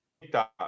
data